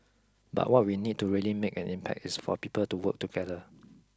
but what we need to really make an impact is for people to work together